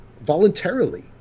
Voluntarily